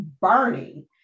burning